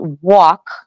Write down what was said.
walk